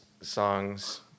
songs